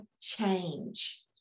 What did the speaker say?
change